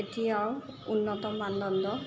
এতিয়াও উন্নত মানদণ্ডৰ